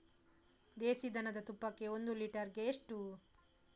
ದೇಸಿ ದನದ ತುಪ್ಪಕ್ಕೆ ಒಂದು ಲೀಟರ್ಗೆ ಎಷ್ಟು?